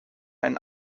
einen